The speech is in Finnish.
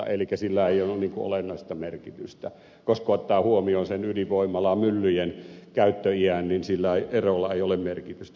elikkä sillä ei ole olennaista merkitystä koska kun ottaa huomioon sen ydinvoimalamyllyjen käyttöiän niin sillä erolla ei ole merkitystä käytännössä